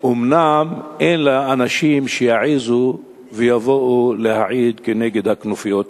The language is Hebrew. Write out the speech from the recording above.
אבל אין לה אנשים שיעזו ויבואו להעיד כנגד הכנופיות האלה.